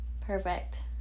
Perfect